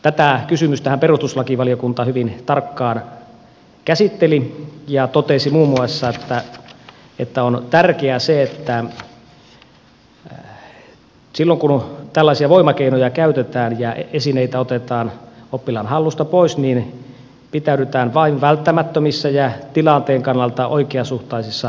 tätä kysymystähän perustuslakivaliokunta hyvin tarkkaan käsitteli ja totesi muun muassa että on tärkeää että silloin kun tällaisia voimakeinoja käytetään ja esineitä otetaan oppilaan hallusta pois pitäydytään vain välttämättömissä ja tilanteen kannalta oikeasuhtaisissa voimakeinoissa